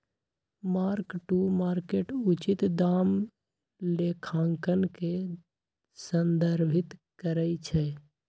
mark to market उचित दाम लेखांकन के संदर्भित करइ छै